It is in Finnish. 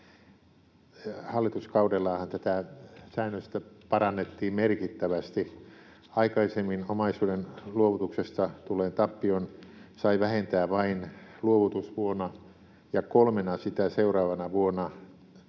hallituskaudellaanhan tätä säännöstä parannettiin merkittävästi. Aikaisemmin omaisuuden luovutuksesta tulleen tappion sai vähentää vain luovutusvuonna ja kolmena sitä seuraavana vuonna. Sipilän